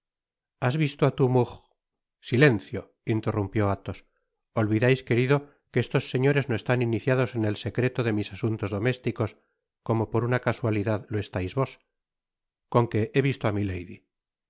has visto á tu muj silencio interrumpió athos olvidais querido que estos señores no están iniciados en el secreto de mis asuntos domésticos como por una casualidad lo estais vos con qué he visto á milady